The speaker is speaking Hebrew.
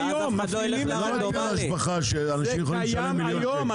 ואז אף אחד לא ילך לרנדומלי זה קיים היום,